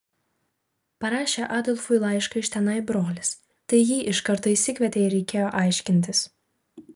parašė adolfui laišką iš tenai brolis tai jį iš karto išsikvietė ir reikėjo aiškintis